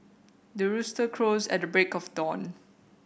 the rooster crows at the break of dawn